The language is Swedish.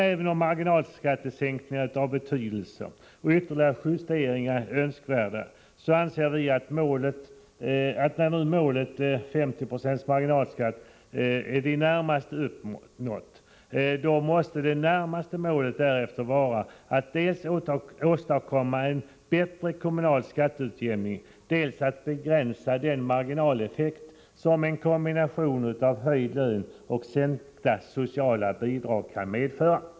Även om marginalskattesänkningar är av betydelse och ytterligare justeringar är önskvärda, anser vi att när målet 50 20 marginalskatt i det närmaste är uppnått måste nästa mål vara dels att åstadkomma en bättre kommunal skatteutjämning, dels att begränsa den marginaleffekt som en kombination av höjd lön och sänkta sociala bidrag kan medföra.